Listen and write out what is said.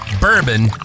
bourbon